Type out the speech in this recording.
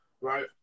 right